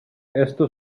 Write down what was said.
esto